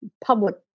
public